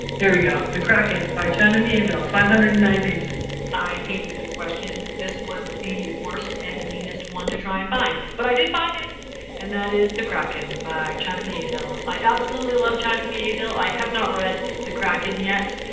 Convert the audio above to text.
there we go. the kraken by china mieville. it's five hundred and nine pages. i hated this question. this was the worst and meanest one to try and find. but i did find it and that is tthe kraken by china mieville. i absolutely love china mieville. i have not read the kraken yet.